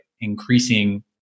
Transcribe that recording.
increasing